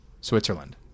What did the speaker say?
switzerland